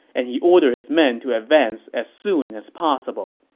and he ordered his men to advance as soon as possible